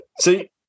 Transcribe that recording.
See